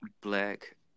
black